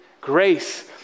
Grace